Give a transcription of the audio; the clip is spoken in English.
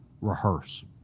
Rehearse